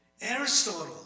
Aristotle